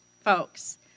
folks